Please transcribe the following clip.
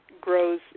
grows